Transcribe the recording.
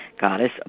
goddess